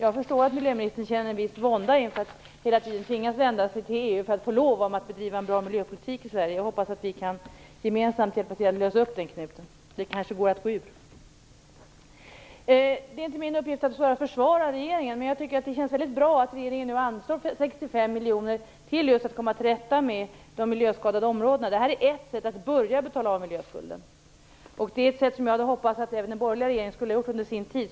Jag förstår att miljöministern känner en viss vånda inför att hela tiden tvingas vända sig till EU för att få lov att bedriva en bra miljöpolitik i Sverige. Jag hoppas att vi gemensamt kan hjälpa till att lösa upp den knuten. Det kanske går att komma ur det här. Det är inte min uppgift att stå här och försvara regeringen, men det känns bra att regeringen nu har anslagit 65 miljoner just för att man skall komma till rätta med de miljöskadade områdena. Detta är ett sätt att börja betala av miljöskulden. Det är något som jag hade hoppats att även den borgerliga regeringen skulle göra under sin tid.